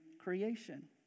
creation